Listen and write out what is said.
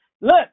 Look